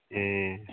ए